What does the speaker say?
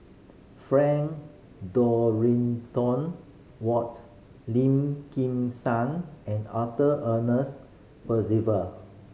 Frank Dorrington Ward Lim Kim San and Arthur Percival